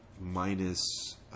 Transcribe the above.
minus